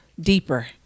Deeper